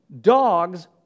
dogs